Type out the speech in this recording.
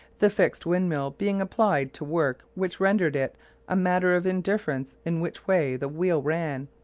the fixed windmill being applied to work which rendered it a matter of indifference in which way the wheel ran.